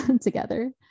together